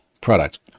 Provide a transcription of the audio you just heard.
product